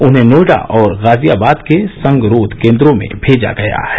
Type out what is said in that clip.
उन्हें नोएडा और गाजियाबाद के संगरोध केंद्रों में भेजा गया है